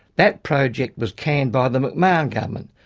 that project was canned by the mcmahon government.